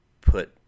put